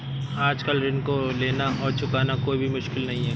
आजकल ऋण को लेना और चुकाना कोई मुश्किल नहीं है